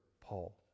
Paul